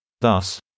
Thus